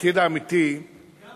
העתיד האמיתי, גם